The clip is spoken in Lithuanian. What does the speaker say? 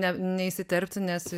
ne neįsiterpsiu nes